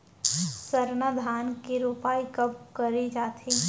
सरना धान के रोपाई कब करे जाथे?